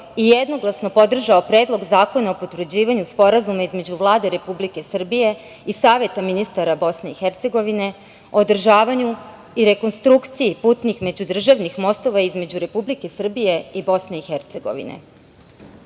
i jednoglasno podržao Predlog zakona o potvrđivanju Sporazuma između Vlade Republike Srbije i Saveta ministara Bosne i Hercegovine o održavanju i rekonstrukciji putnih međudržavnih mostova između Republike Srbije i BiH.Na predlog